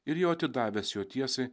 ir jau atidavęs jo tiesai